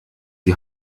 die